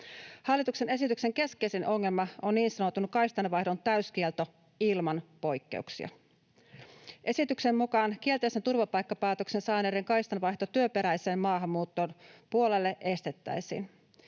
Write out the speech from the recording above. Hallituksen esityksen keskeisin ongelma on niin sanotun kaistanvaihdon täyskielto ilman poikkeuksia. Esityksen mukaan kielteisen turvapaikkapäätöksen saaneiden kaistanvaihto työperäisen maahanmuuton puolelle estettäisiin.